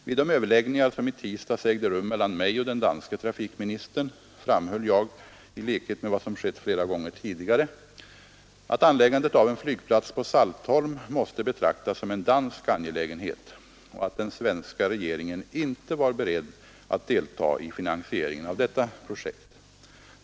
Vid de överläggningar som i tisdags ägde rum mellan mig och den danske trafikministern framhöll jag i likhet med vad som skett flera gånger tidigare — att anläggandet av en flygplats på Saltholm måste betraktas som en dansk angelägenhet och att den svenska regeringen inte var beredd att delta i finansieringen av detta projekt.